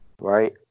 Right